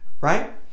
right